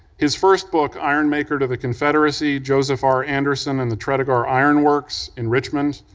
his first book, ironmaker to the confederacy joseph r. anderson and the tredegar iron works, in richmond,